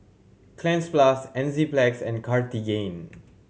Cleanz Plus Enzyplex and Cartigain